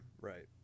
right